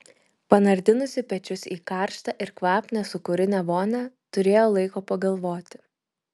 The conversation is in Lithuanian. panardinusi pečius į karštą ir kvapnią sūkurinę vonią turėjo laiko pagalvoti